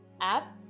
app